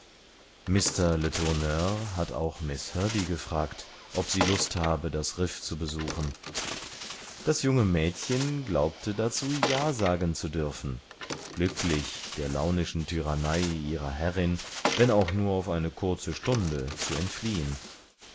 mr letourneur hat auch miß herbey gefragt ob sie lust habe das riff zu besuchen das junge mädchen glaubte dazu ja sagen zu dürfen glücklich der launischen tyrannei ihrer herrin wenn auch nur auf eine kurze stunde zu entfliehen